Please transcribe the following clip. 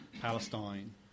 Palestine